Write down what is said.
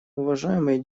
уважаемые